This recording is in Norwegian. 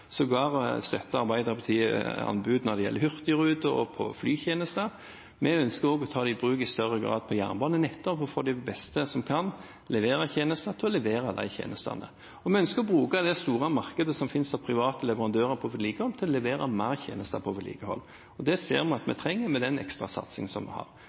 Arbeiderpartiet støtter sågar anbud når det gjelder hurtigrute og flytjenester. Vi ønsker også å ta det i bruk i større grad på jernbanen, for å få de beste som kan levere tjenester, til å levere tjenestene. Vi ønsker å bruke det store markedet som finnes av private leverandører innen vedlikehold, til å levere flere tjenester innen vedlikehold. Det ser vi at vi trenger med den ekstrasatsingen vi har.